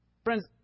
Friends